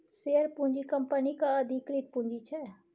share पूँजी कंपनीक अधिकृत पुंजी छै